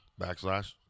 backslash